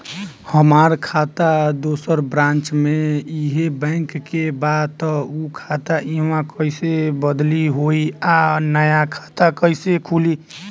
हमार खाता दोसर ब्रांच में इहे बैंक के बा त उ खाता इहवा कइसे बदली होई आ नया खाता कइसे खुली?